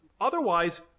otherwise